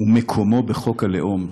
ומקומו בחוק הלאום,